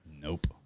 nope